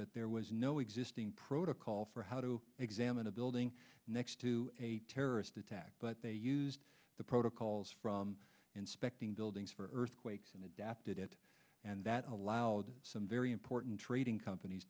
but there was no existing protocol for how to examine a building next to a terrorist attack but they used the protocols from inspecting buildings for earthquakes and adapted it and that allowed some very important trading companies